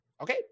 Okay